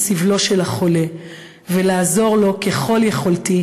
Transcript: עם סבלו של החולה ולעזור לו ככל יכולתי